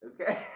okay